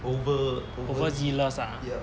over zealous ah